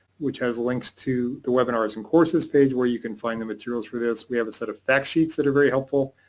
which has links to the webinar and courses page, where you can find the materials for this. we have a set of fact sheets that are very helpful.